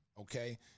okay